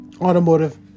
automotive